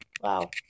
wow